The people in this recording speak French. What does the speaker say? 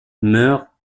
meurt